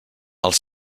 els